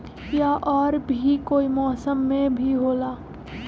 या और भी कोई मौसम मे भी होला?